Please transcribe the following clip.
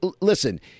listen